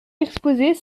exposer